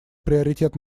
приоритет